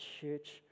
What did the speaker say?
church